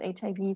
HIV